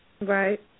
Right